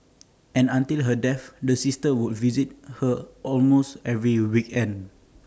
and until her death the sisters would visit her almost every weekend